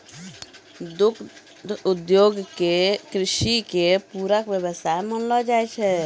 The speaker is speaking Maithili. दुग्ध उद्योग कृषि के पूरक व्यवसाय मानलो जाय छै